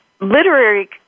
literary